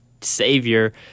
savior